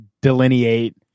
delineate